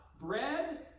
Bread